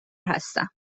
هستم